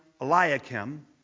Eliakim